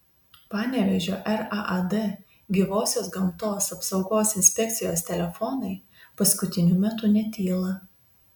panevėžio raad gyvosios gamtos apsaugos inspekcijos telefonai paskutiniu metu netyla